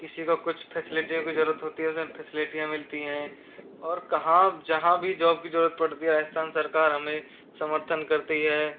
किसी को कुछ फेसिलिटियों की ज़रूरत होती है उसमें फेसिलिटियाँ मिलती हैं और कहाँ जहाँ भी जॉब की ज़रूरत पड़ती है राजस्थान सरकार हमें समर्थन करती है